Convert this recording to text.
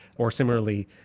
or similarly,